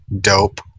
dope